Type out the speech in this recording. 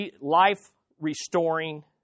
Life-restoring